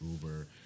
Uber